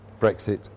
Brexit